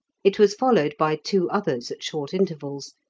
it was followed by two others at short intervals,